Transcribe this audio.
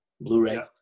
Blu-ray